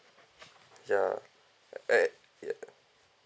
ya eh ya